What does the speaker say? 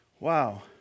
Wow